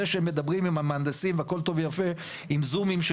זה שמדברים עם המהנדסים והכל טוב ויפה עם זומים של